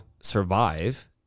survive